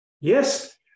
Yes